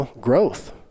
growth